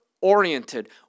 oriented